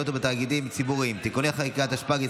הכנסת ואטורי, לא הספקת?